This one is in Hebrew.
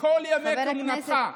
חבר הכנסת,